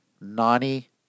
nani